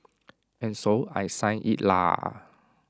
and so I signed IT lah